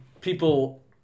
people